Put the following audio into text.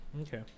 okay